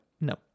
No